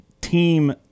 team